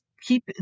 keep